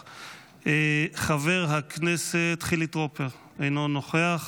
חבר הכנסת חילי טרופר, אינו נוכח.